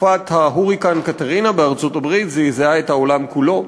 סופת ההוריקן "קתרינה" בארצות-הברית זעזעה את העולם כולו.